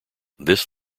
this